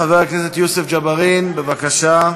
חבר הכנסת יוסף ג'בארין, בבקשה.